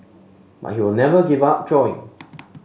but he will never give up drawing